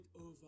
over